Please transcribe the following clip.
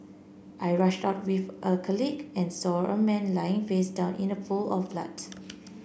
I rushed out with a colleague and saw a man lying face down in a pool of blood